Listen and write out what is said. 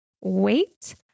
wait